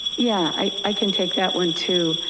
yeah, i can take that one too.